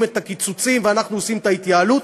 את הקיצוצים ואנחנו עושים את ההתייעלות.